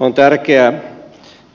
on tärkeää